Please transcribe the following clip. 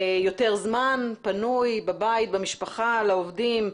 יותר זמן פנוי בבית, במשפחה, לעובדים,